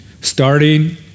starting